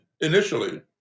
initially